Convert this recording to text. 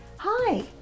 Hi